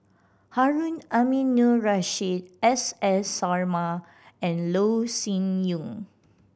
Harun Aminurrashid S S Sarma and Loh Sin Yun